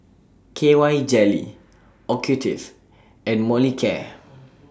K Y Jelly Ocutive and Molicare